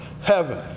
heaven